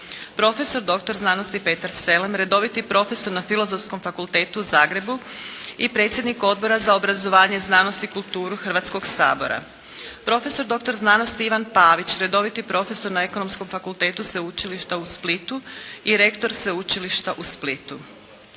doktor znanosti Petar Selem, redoviti profesor na Filozofskom fakultetu u Zagrebu i predsjednik Odbora za obrazovanje, znanost i kulturu Hrvatskog sabora, profesor doktor znanosti Ivan Pavić, redoviti profesor na Ekonomskom fakultetu Sveučilišta u Splitu i rektor Sveučilišta u Splitu,